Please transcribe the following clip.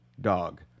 Dog